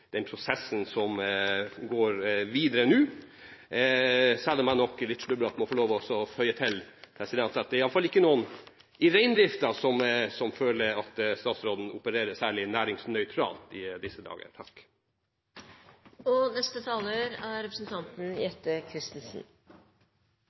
den prosessen som går videre nå, selv om jeg nok – litt sludrete – må få lov til å føye til at det er iallfall ikke noen i reindrifta som føler at statsråden opererer særlig næringsnøytralt i disse dager.